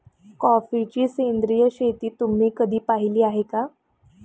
कॉफीची सेंद्रिय शेती तुम्ही कधी पाहिली आहे का?